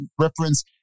reference